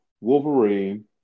Wolverine